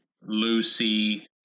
Lucy